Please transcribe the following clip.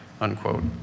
unquote